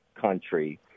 country